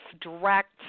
direct